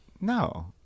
No